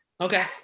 okay